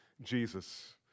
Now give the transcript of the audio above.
Jesus